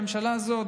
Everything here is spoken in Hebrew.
הממשלה הזאת,